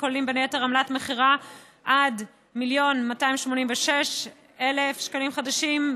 הכוללים בין היתר עמלת מכירה: עד 1,286,000 שקלים חדשים,